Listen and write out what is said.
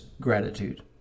gratitude